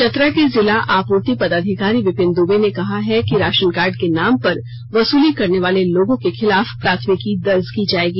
चतरा के जिला आपूर्ति पदाधिकारी विपिन दुबे ने कहा है कि राशन कार्ड के नाम पर वसूली करने वाले लोगों के खिलाफ प्राथमिकी दर्ज की जाएगी